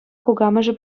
кукамӑшӗ